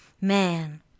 Man